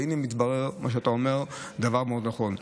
הינה מתברר שמה שאתה אומר הוא דבר מאוד נכון,